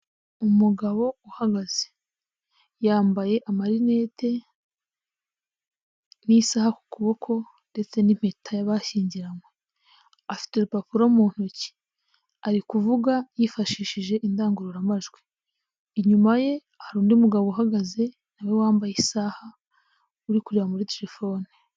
Umugabo uhagaze yambaye amarinete n'isaha ku kuboko ndetse n'impeta y'abashyingiranywe. Afite urupapuro mu ntoki. Ari kuvuga yifashishije indangururamajwi. Inyuma ye hari undi mugabo uhagaze na we wambaye isaha uri kureba muri telefone.